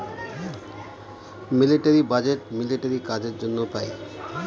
military budget military কাজের জন্য পাই